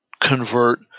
convert